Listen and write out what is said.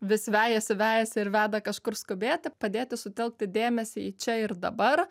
vis vejasi vejasi ir veda kažkur skubėti padėti sutelkti dėmesį į čia ir dabar